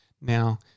Now